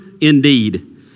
Indeed